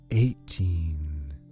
Eighteen